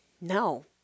no